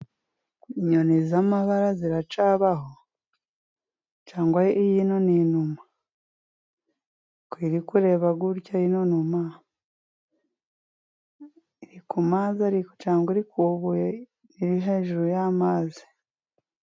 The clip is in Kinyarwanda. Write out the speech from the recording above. Inyoni z'amabara ziracyabaho? Cyangwa ino ni inuma. Ko iri kureba gucya ino numa. Iri ku mazi ariko cyangwa ni ku ibuye riri hejuru y'amazi?